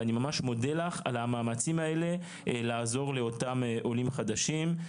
ואני ממש מודה לך על המאמצים האלה לעזור לאותם עולים חדשים.